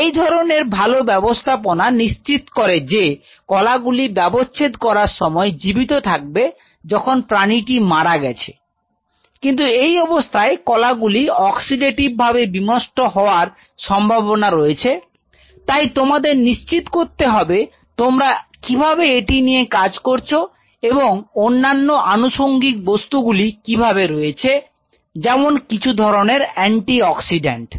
এই ধরনের ভালো ব্যবস্থাপনা নিশ্চিত করে যে কলাগুলি ব্যবচ্ছেদ করার সময় জীবিত থাকবে যখন প্রাণীটি মারা গেছে কিন্তু এই অবস্থায় কলাগুলি অক্সিডেটিভ ভাবে বিনষ্ট হওয়ার সম্ভাবনা রয়েছে তাই তোমাদের নিশ্চিত করতে হবে তোমরা কীভাবে এটি নিয়ে কাজ করছ এবং অন্যান্য আনুষঙ্গিক বস্তু গুলি কিভাবে রয়েছে যেমন কিছু ধরণের এন্টি অক্সিডেন্ট